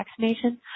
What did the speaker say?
vaccination